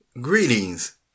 Greetings